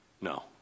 No